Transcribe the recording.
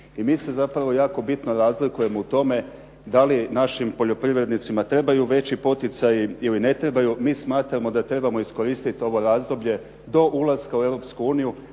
i mi se zapravo jako bitno razlikujemo u tome da li našim poljoprivrednicima trebaju veći poticaji ili ne trebaju. Mi smatramo da trebamo iskoristiti ovo razdoblje do ulaska u